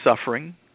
suffering